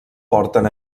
porten